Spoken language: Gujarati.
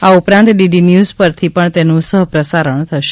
આ ઉપરાંત ડીડી ન્યુઝ પરથી પણ તેનું સહ પ્રસારણ થશે